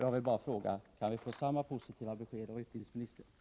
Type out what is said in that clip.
Jag vill bara fråga: Kan vi få samma positiva besked av utbildningsministern?